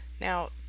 now